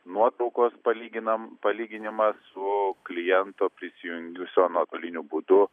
nuotraukos palyginam palyginimas su kliento prisijungusio nuotoliniu būdu